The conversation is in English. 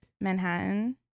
Manhattan